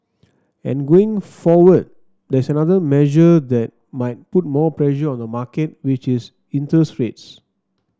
and going forward there is another measure that might put more pressure on the market which is interest rates